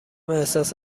احساس